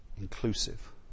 inclusive